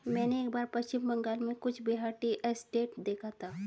मैंने एक बार पश्चिम बंगाल में कूच बिहार टी एस्टेट देखा था